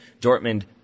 Dortmund